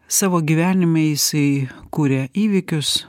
savo gyvenime jisai kuria įvykius